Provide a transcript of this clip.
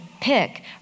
pick